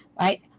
right